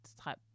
type